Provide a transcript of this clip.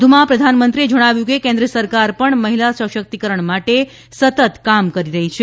વધુમાં પ્રધાનમંત્રીએ જણાવ્યું કે કેન્દ્ર સરકાર પણ મહિલા સશક્તિકરણ માટે સતત કામ કરી રહી છે